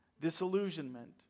disillusionment